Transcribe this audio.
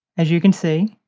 as you can see.